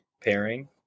pairing